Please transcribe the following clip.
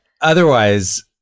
Otherwise